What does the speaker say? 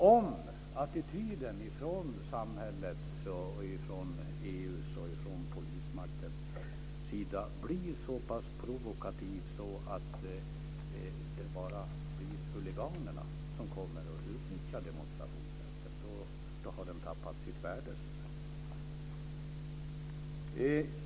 Om attityden från samhällets, EU:s och polismaktens sida blir så pass provokativ att det bara blir huliganerna som kommer att utnyttja demonstrationsrätten så har den tappat sitt värde.